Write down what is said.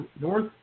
North